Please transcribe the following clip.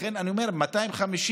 לכן, אני אומר, 250,